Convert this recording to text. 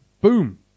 boom